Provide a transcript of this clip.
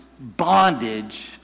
bondage